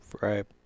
Right